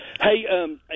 hey